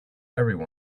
everyone